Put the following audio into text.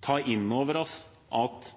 ta inn over oss at